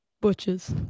butchers